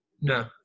No